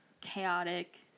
chaotic